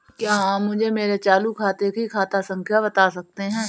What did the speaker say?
क्या आप मुझे मेरे चालू खाते की खाता संख्या बता सकते हैं?